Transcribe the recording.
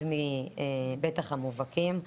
בטח המובהקים,